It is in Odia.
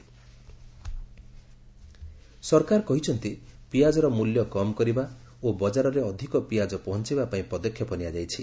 ଓନିଅନ୍ ଷ୍ଟକ୍ ଲିମିଟ୍ ସରକାର କହିଛନ୍ତି ପିଆଜର ମୂଲ୍ୟ କମ୍ କରିବା ଓ ବଜାରରେ ଅଧିକ ପିଆଜ ପହଞ୍ଚାଇବା ପାଇଁ ପଦକ୍ଷେପ ନିଆଯାଇଛି